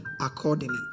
accordingly